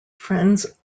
friends